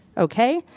okay?